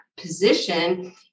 position